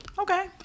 okay